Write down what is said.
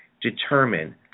determine